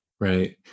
Right